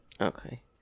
Okay